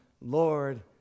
Lord